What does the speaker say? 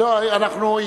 אם היא לא מוכנה, אני אהיה.